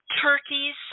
turkeys